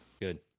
Good